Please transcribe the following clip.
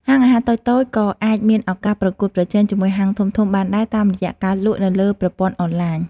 ហាងអាហារតូចៗក៏អាចមានឱកាសប្រកួតប្រជែងជាមួយហាងធំៗបានដែរតាមរយៈការលក់នៅលើប្រព័ន្ធអនឡាញ។